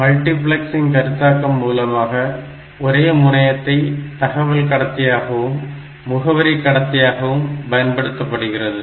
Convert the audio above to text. multiplexing கருத்தாக்கம் மூலமாக ஒரே முனையத்தை தகவல் கடத்தியாகவும் முகவரி கடத்தியாகவும் பயன்படுத்தப்படுகிறது